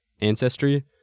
ancestry